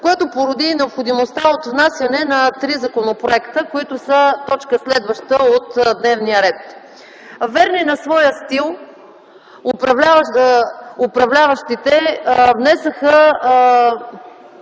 което породи и необходимостта от внасяне на три законопроекта, които са следваща точка от дневния ред. Верни на своя стил управляващите внесоха